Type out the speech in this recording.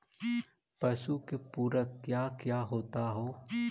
पशु के पुरक क्या क्या होता हो?